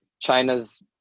China's